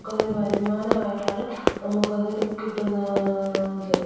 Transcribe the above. നമുക്ക് അതൊരു വരുമാനം ആയിട്ടാണ് നമുക്ക് അത് കിട്ടുന്നത്